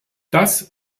das